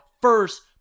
first